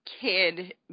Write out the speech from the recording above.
kid